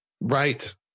Right